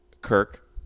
Kirk